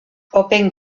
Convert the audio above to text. open